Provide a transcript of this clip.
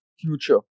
future